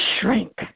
shrink